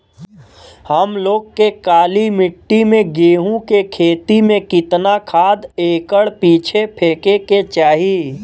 हम लोग के काली मिट्टी में गेहूँ के खेती में कितना खाद एकड़ पीछे फेके के चाही?